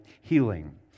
healing